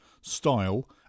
style